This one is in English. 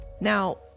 Now